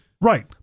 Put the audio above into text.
Right